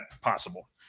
possible